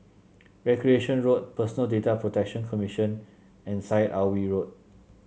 Recreation Road Personal Data Protection Commission and Syed Alwi Road